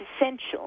essential